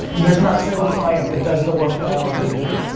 there's not a single client that does the work that i want them to do.